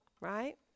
Right